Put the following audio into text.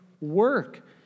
work